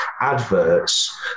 adverts